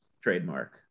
trademark